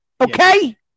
Okay